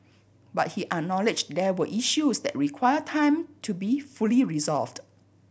but he acknowledged there were issues that require time to be fully resolved